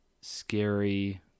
scary